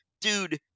dude